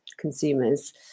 consumers